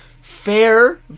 Fair